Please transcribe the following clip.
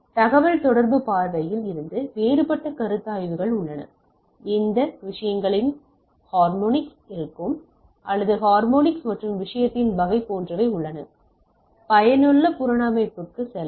தகவல்தொடர்பு பார்வையில் இருந்து வேறுபட்ட கருத்தாய்வுகள் உள்ளன எந்த விஷயங்களின் ஹார்மோனிக்ஸ் இருக்கும் அல்லது ஹார்மோனிக்ஸ் மற்றும் விஷயத்தின் வகை போன்றவை உள்ளன பயனுள்ள புனரமைப்புக்கு செல்லலாம்